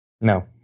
No